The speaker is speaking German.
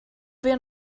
wir